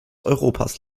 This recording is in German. europas